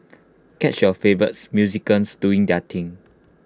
catch your favourites musicians doing their thing